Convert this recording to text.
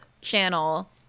channel